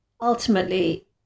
Ultimately